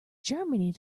germany